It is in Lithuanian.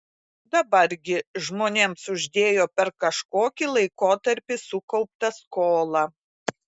dabar gi žmonėms uždėjo per kažkokį laikotarpį sukauptą skolą